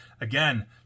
Again